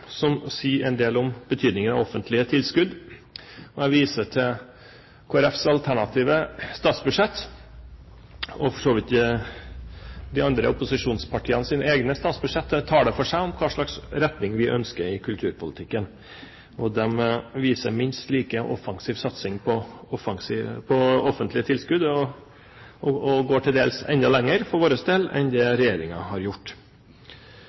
som sier en del om betydningen av offentlige tilskudd. Jeg viser til Kristelig Folkepartis alternative statsbudsjett – og for så vidt til de andre opposisjonspartienes egne statsbudsjett – som taler for seg om hvilken retning vi ønsker i kulturpolitikken. De viser en minst like offensiv satsing på offentlige tilskudd, og vi for vår del går til dels enda lenger enn det regjeringen har gjort. Jeg har